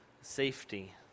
safety